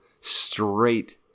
straight